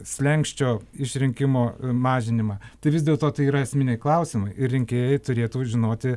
slenksčio išrinkimo mažinimą tai vis dėlto tai yra esminiai klausimai ir rinkėjai turėtų žinoti